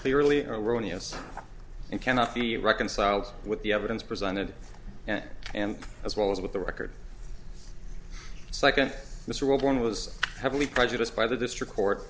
clearly erroneous and cannot be reconciled with the evidence presented and as well as with the record second this one was heavily prejudiced by the district court